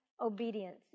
obedience